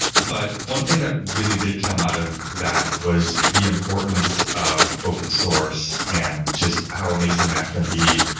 but one thing that really did come out of that was the importance of open source and just how amazing that can be.